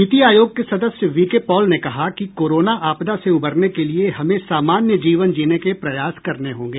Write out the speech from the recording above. नीति आयोग के सदस्य वीके पॉल ने कहा कि कोरोना आपदा से उबरने के लिए हमें सामान्य जीवन जीने के प्रयास करने होंगे